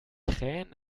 krähen